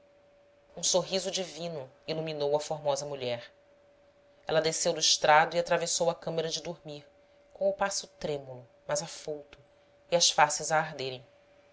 um sorriso divino iluminou a formosa mulher ela desceu do estrado e atravessou a câmara de dormir com o passo trêmulo mas afouto e as faces